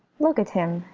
look at him,